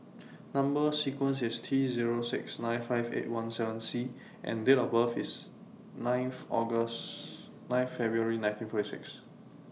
Number sequence IS T Zero six nine five eight one seven C and Date of birth IS ninth February nineteen forty six